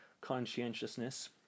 conscientiousness